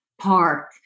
park